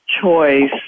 choice